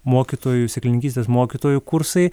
mokytojų sėklininkystės mokytojų kursai